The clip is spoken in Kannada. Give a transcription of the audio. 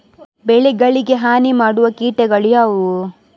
ಬೆಳೆಗಳಿಗೆ ಹಾನಿ ಮಾಡುವ ಕೀಟಗಳು ಯಾವುವು?